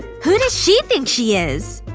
who does she think she is!